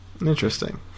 Interesting